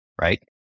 right